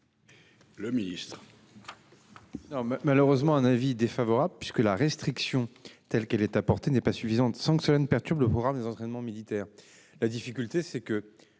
le ministre.